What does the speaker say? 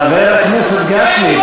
חבר הכנסת גפני,